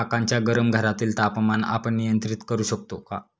काकांच्या गरम घरातील तापमान आपण नियंत्रित करु शकतो का?